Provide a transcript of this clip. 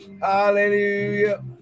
hallelujah